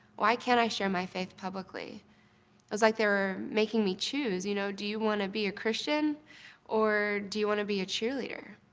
why can't i share my faith publicly? it was like they were making me choose. you know do you wanna be a christian or do you wanna be a cheerleader?